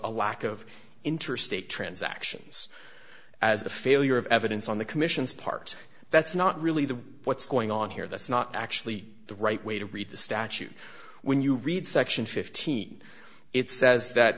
a lack of interstate transactions as the failure of evidence on the commission's part that's not really the what's going on here that's not actually the right way to read the statute when you read section fifteen it says that